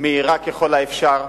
מהירה ככל האפשר,